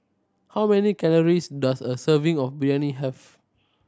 how many calories does a serving of Biryani have